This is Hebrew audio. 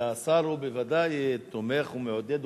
והשר הוא בוודאי תומך ומעודד.